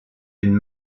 une